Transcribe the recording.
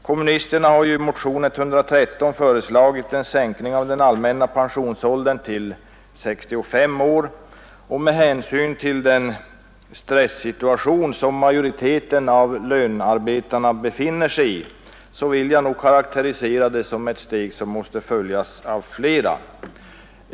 Kommunisterna har i motion 1972:113 föreslagit en sänkning av den allmänna pensionsåldern till 65 år och med hänsyn till den stressituation som majoriteten av lönarbetarna befinner sig i vill jag nog karakterisera det som ett steg som måste följas av flera.